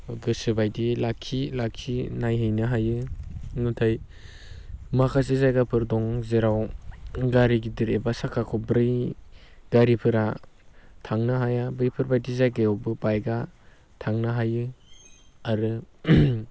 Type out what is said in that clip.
गोसो बायदियै लाखि लाखि नायहैनो हायो नाथाय माखासे जायगाफोर दं जेराव गारि गिदिर एबा साखा खबब्रै गारिफोरा थांनो हाया बेफोरबायदि जायगायावबो बाइकआ थांनो हायो आरो